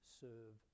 serve